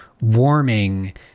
warming